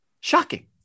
Shocking